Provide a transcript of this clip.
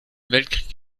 weltkrieg